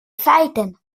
feiten